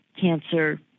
cancer